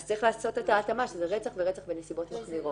אז צריך לעשות את ההתאמה שזה רצח ורצח בנסיבות מחמירות.